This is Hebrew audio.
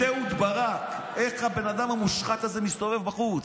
את אהוד ברק, איך הבן אדם המושחת הזה מסתובב בחוץ?